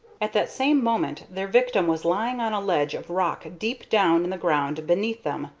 at that same moment their victim was lying on a ledge of rock deep down in the ground beneath them,